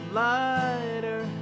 lighter